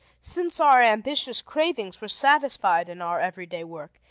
since our ambitious cravings were satisfied in our everyday work,